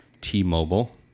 T-Mobile